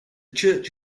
church